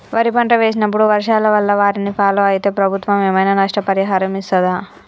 వరి పంట వేసినప్పుడు వర్షాల వల్ల వారిని ఫాలో అయితే ప్రభుత్వం ఏమైనా నష్టపరిహారం ఇస్తదా?